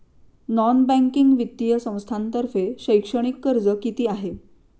Non banking वित्तीय संस्थांतर्फे शैक्षणिक कर्ज किती आहे?